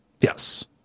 yes